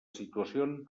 situació